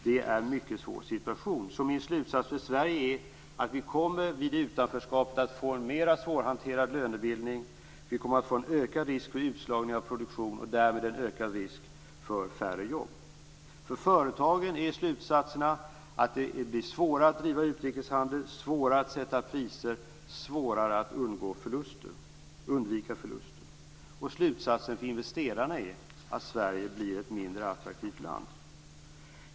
Det är en mycket svår situation. Min slutsats är att Sverige vid ett utanförskap kommer att få en mer svårhanterad lönebildning, en ökad risk för utslagning av produktion och därmed en ökad risk för färre jobb. För företagen är slutsatsen att det kommer att bli svårare att bedriva utrikeshandel, svårare att sätta priser, svårare att undvika förluster. Slutsatsen för investerarna är att Sverige kommer att bli ett mindre attraktivt land.